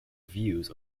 views